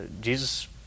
Jesus